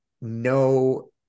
no